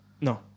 No